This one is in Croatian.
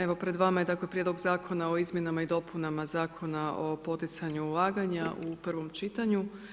Evo pred vama je dakle Prijedlog zakona o izmjenama i dopunama Zakona o poticanju ulaganja u prvom čitanju.